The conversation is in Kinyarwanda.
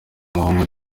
umuhungu